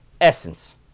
essence